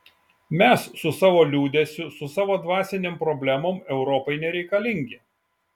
mes su savo liūdesiu su savo dvasinėm problemom europai nereikalingi